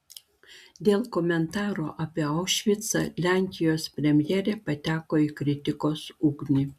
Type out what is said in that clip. dėl komentarų apie aušvicą lenkijos premjerė pateko į kritikos ugnį